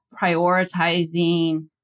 prioritizing